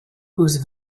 whose